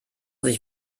sich